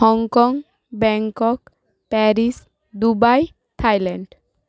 Hong Kong Bangkok Paris Dubai Thailand